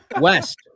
West